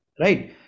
Right